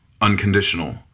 unconditional